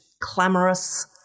clamorous